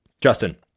Justin